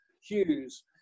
Hughes